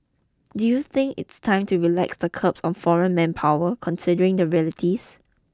do you think it's time to relax the curbs on foreign manpower considering the realities